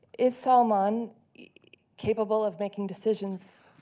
is salman capable of making decision?